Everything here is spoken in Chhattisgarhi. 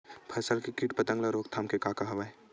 फसल के कीट पतंग के रोकथाम का का हवय?